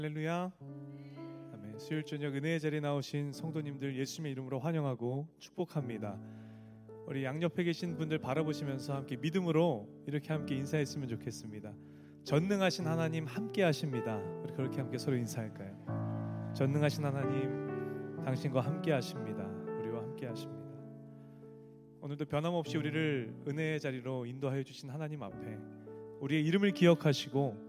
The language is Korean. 할렐루야. 아멘. 수요일 저녁 은혜의 자리에 나오신 성도님들 예수님의 이름으로 환영하고 축복합니다. 우리 양옆에 계신 분들 바라보시면서 함께 믿음으로 이렇게 함께 인사했으면 좋겠습니다. 전능하신 하나님 함께 하십니다. 우리 그렇게 함께 서로 인사할까요? 전능하신 하나님, 당신과 함께 하십니다. 우리와 함께 하십니다. 오늘도 변함없이 우리를 은혜의 자리로 인도하여 주신 하나님 앞에 우리의 이름을 기억하시고